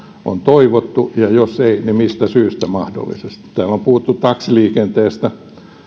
on toivottu ja jos ei niin mistä syystä mahdollisesti täällä on puhuttu taksiliikenteestä